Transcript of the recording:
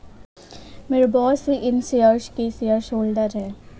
मेरे बॉस ही इन शेयर्स के शेयरहोल्डर हैं